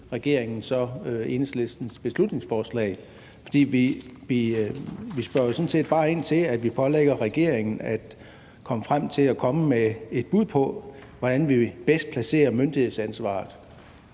regeringen så Enhedslistens beslutningsforslag. Vi spørger jo sådan set bare ind til at pålægge regeringen at komme frem til at komme med et bud på, hvordan vi bedst placerer myndighedsansvaret.